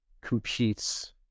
competes